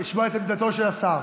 שאתה רוצה לשמוע את עמדתו של השר,